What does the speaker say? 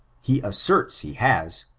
he asserts he has,